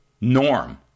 norm